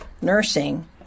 nursing